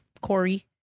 Corey